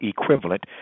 equivalent